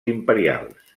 imperials